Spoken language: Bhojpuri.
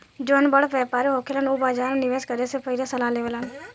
जौन बड़ व्यापारी होखेलन उ बाजार में निवेस करे से पहिले सलाह लेवेलन